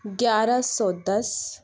گیارہ سو دس